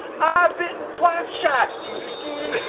bitten twice shy. will